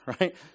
right